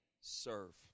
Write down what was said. serve